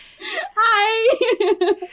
Hi